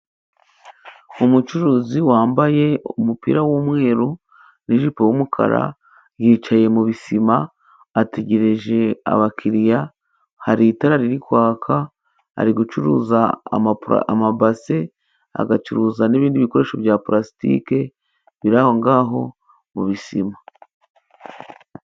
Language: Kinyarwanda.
Umucuruzi wambaye umupira w'umweru n'ijipo y'umukara yicaye mu bisima ategereje abakiriya. Hari itara riri kwaka, ari gucuruza amapura, amabase, agacuruza n'ibindi bikoresho bya pulasitike, biri aho ngaho mu bisima.